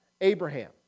Abraham